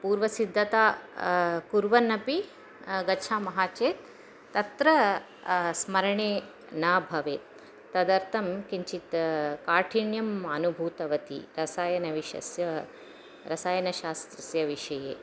पूर्वसिद्धतां कुर्वन्तः अपि गच्छामः चेत् तत्र स्मरणे न भवति स्म तदर्थं किञ्चित् काठिन्यम् अनुभूतवती रसायनविषयस्य रसायनशास्त्रस्य विषये